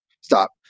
Stop